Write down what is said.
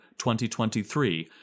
2023